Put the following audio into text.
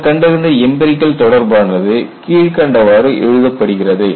அவர் கண்டறிந்த எம்பிரிகல் தொடர்பானது கீழ்கண்டவாறு எழுதப்படுகிறது